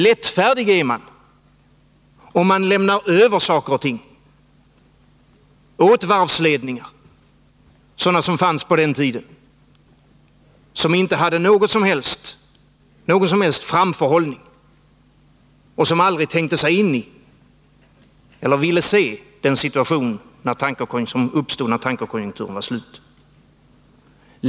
Lättfärdig är man om man lämnar över saker och ting åt varvsledningar — sådana som fanns på den tiden — som inte hade någon som helst framförhållning och som aldrig tänkte sig in i eller ville se den situation som uppstod när tankerkonjunkturen var slut.